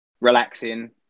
relaxing